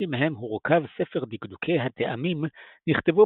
הפרקים מהם הורכב ספר דקדוקי הטעמים נכתבו